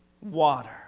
water